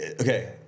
okay